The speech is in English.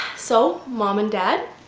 so mom and dad,